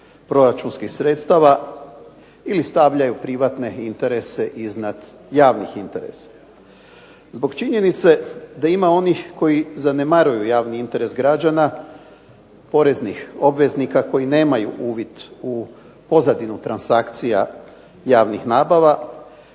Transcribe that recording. proračunskih sredstava ili stavljaju privatne interese iznad javnih interesa. Zbog činjenice da ima onih koji zanemaruju javni interes građana, poreznih obveznika koji nemaju uvid u pozadinu transakcija javnih nabava,